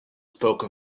spoke